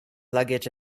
luggage